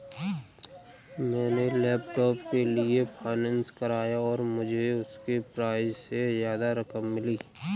मैंने लैपटॉप के लिए फाइनेंस कराया और मुझे उसके प्राइज से ज्यादा रकम मिली